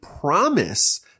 promise